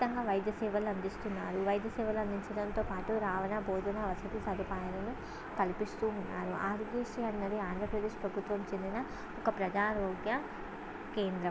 ఉచితంగా వైద్య సేవలను అందిస్తున్నారు వైద్య సేవలు అందించడంతోపాటు రవాణా భోజనం వసతి సదుపాయాలను కల్పిస్తూ ఉన్నారు ఆయుష్ అన్నది ఆంధ్రప్రదేశ్ ప్రభుత్వానికి చెందిన ఒక ప్రజారోగ్య కేంద్రం